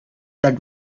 that